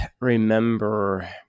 remember